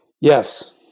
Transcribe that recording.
Yes